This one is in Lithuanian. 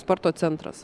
sporto centras